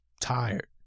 tired